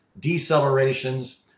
decelerations